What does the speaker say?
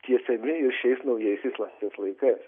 tęsiami ir šiais naujaisiais laisvės laikais